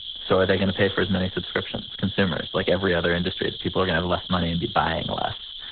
so are they gonna pay for as many subscriptions, consumers? like every other industry, people are gonna have less money and be buying less.